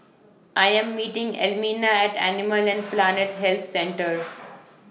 I Am meeting Elmina At Animal and Plant Health Centre